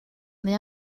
neu